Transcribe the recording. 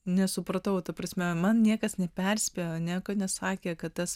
nesupratau ta prasme man niekas neperspėjo niekad nesakė kad tas